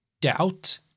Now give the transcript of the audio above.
doubt